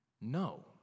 No